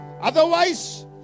otherwise